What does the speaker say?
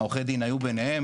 העורכי דין היו ביניהם,